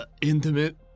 intimate